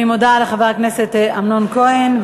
אני מודה לחבר הכנסת אמנון כהן.